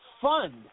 fund